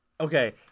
Okay